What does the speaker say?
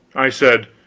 i said